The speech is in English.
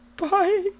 bye